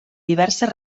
diverses